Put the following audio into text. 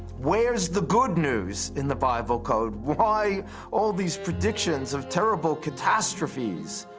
where's the good news in the bible code? why all these predictions of terrible catastrophes?